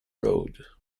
road